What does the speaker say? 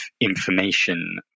information